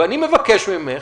ואני מבקש ממך